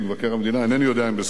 אינני יודע אם הזכרת אותם,